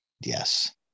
Yes